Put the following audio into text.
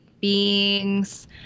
beings